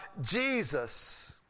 Jesus